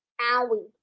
Owie